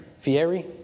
Fiery